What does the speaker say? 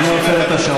מי אמר את זה?